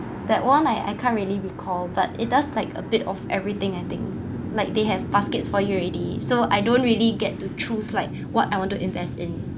that one I I can't really recall but it does like a bit of everything I think like they have baskets for you already so I don't really get to choose like what I want to invest in